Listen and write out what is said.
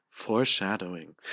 Foreshadowing